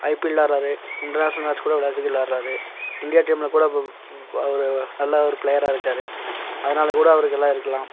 IPL விளாயாட்றாரு international match கூட விளா கிரிக்கெட் விளாயாட்றாரு இந்தியா டீமில்கூட அவர் நல்லா ஒரு பிளேயராக இருக்காரு அதனால் கூட அவருக்கு எல்லாம் இருக்கலாம்